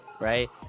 Right